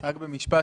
בבקשה.